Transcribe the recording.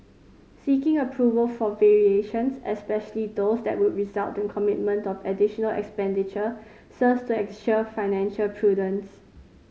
seeking approval for variations especially those that would result in commitment of additional expenditure serves to ensure financial prudence